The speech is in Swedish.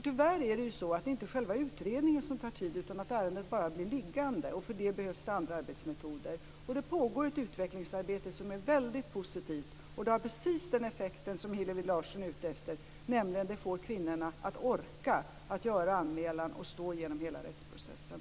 Tyvärr är det inte själva utredningen som tar tid, utan ärendena bara blir liggande. För det behövs det andra arbetsmetoder. Det pågår ett utvecklingsarbete som är väldigt positivt. Det har precis den effekt som Hillevi Larsson är ute efter, nämligen att det får kvinnorna att orka att göra anmälan och stå genom hela rättsprocessen.